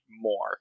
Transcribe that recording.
more